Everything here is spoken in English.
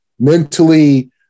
Mentally